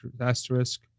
asterisk